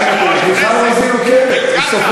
מזל שמחוללי הליכוד לא היו תבוסתנים כמוכם.